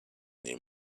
near